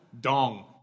Dong